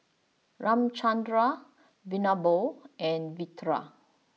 Ramchundra Vinoba and Virat